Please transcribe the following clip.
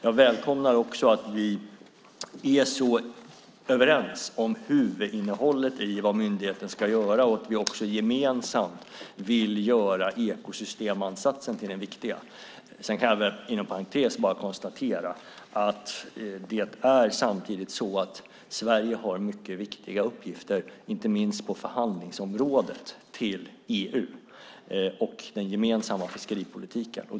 Jag välkomnar att vi är överens om huvudinnehållet i vad myndigheten ska göra och att vi gemensamt vill göra ekosystemansatsen till den viktiga. Sedan kan jag inom parentes konstatera att Sverige har mycket viktiga uppgifter, inte minst på förhandlingsområdet, när det gäller EU och den gemensamma fiskeripolitiken.